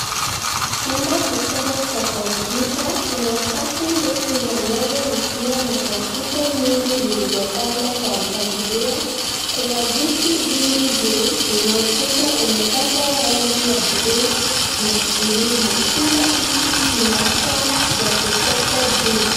Chumba kikubwa cha kompyuta, kuna safu ndefu za meza zikiwa na kompyuta nyingi zilizopangwa kwa mpangilio. Kuna viti vingi vyeusi na ukuta umepakwa rangi ya blue na kilimo. Chumba hiki kina taa za kutosha juu.